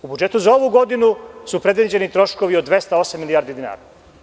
U budžetu za ovu godinu su predviđeni troškovi od 208 milijardi dinara.